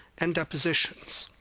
and depositions.